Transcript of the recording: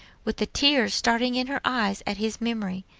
with the tears starting in her eyes at his memory.